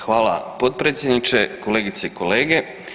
Hvala potpredsjedniče, kolegice i kolege.